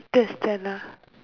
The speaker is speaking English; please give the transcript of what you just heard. just that lah